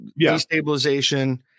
destabilization